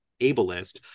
ableist